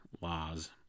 laws